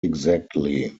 exactly